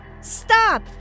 Stop